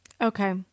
okay